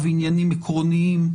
עניינים עקרוניים,